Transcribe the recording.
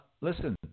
listen